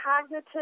cognitive